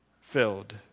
filled